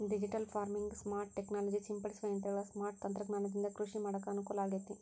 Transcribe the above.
digital farming, smart technology ಸಿಂಪಡಿಸುವ ಯಂತ್ರಗಳ smart ತಂತ್ರಜ್ಞಾನದಿಂದ ಕೃಷಿ ಮಾಡಾಕ ಅನುಕೂಲಾಗೇತಿ